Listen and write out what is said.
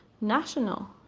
national